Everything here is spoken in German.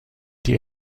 die